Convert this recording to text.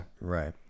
right